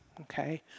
okay